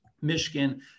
Michigan